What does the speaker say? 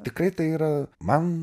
tikrai tai yra man